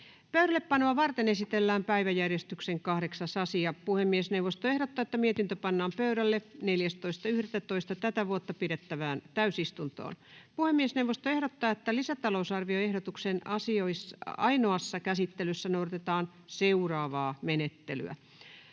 Pöydällepanoa varten esitellään päiväjärjestyksen 8. asia. Puhemiesneuvosto ehdottaa, että mietintö pannaan pöydälle 14.11.2023 pidettävään täysistuntoon. Puhemiesneuvosto ehdottaa, että lisätalousarvioehdotuksen ainoassa käsittelyssä noudatetaan seuraavaa menettelyä: